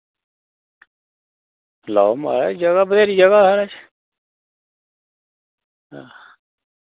लैओ म्हाराज जगह बथ्हेरी जगह साढ़े कश